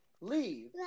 leave